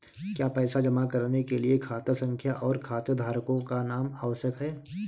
क्या पैसा जमा करने के लिए खाता संख्या और खाताधारकों का नाम आवश्यक है?